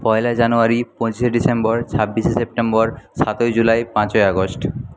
পয়লা জানুয়ারি পঁচিশে ডিসেম্বর ছাব্বিশে সেপ্টেম্বর সাতই জুলাই পাঁচই আগস্ট